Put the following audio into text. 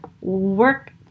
work